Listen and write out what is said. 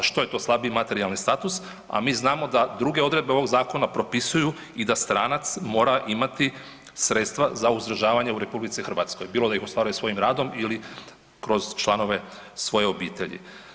Što je to slabiji materijalni status, a mi znamo da druge odredbe ovog zakona propisuju i da stranac mora imati sredstava za uzdržavanje u RH, bilo da ih ostvaruje svojim radom ili kroz članove svoje obitelji.